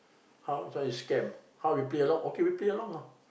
how this one is scam how we play along okay we play along lah